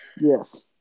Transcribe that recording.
Yes